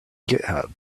github